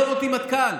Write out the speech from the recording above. עזוב אותי מטכ"ל.